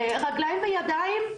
רגליים וידיים,